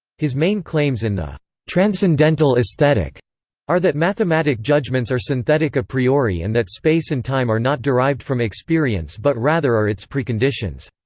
his main claims in the transcendental aesthetic are that mathematic judgments are synthetic a priori and that space and time are not derived from experience but rather are its preconditions.